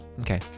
Okay